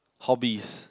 hobbies